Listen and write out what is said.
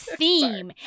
theme